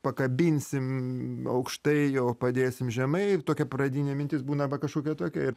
pakabinsim aukštai o padėsim žemai ir tokia pradinė mintis būna va kažkokia tokia ir